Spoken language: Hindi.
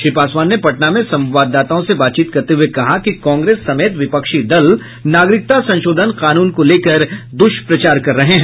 श्री पासवान ने पटना में संवाददाताओं से बातचीत करते हुए कहा कि कांग्रेस समेत विपक्षी दल नागरिकता संशोधन कानून को लेकर दुष्प्रचार कर रहे हैं